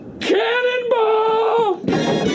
Cannonball